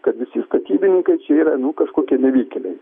kad visi statybininkai čia yra nu kažkokie nevykėliai